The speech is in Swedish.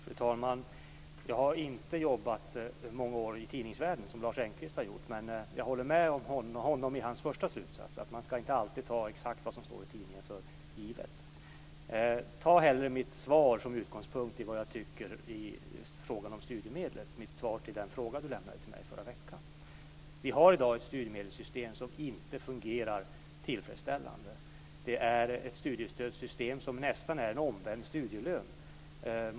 Fru talman! Jag har inte jobbat många år i tidningsvärlden, som Lars Engqvist har gjort, men jag håller med honom om hans första slutsats, nämligen att man inte alltid skall ta det som står i tidningen för givet. Ta hellre mitt svar på den fråga Sofia Jonsson lämnade till mig i förra veckan som utgångspunkt för vad jag tycker i frågan om studiemedlen. Vi har i dag ett studiemedelssystem som inte fungerar tillfredsställande. Det är ett studiestödssystem som nästan är en omvänd studielön.